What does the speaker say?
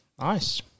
Nice